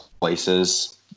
places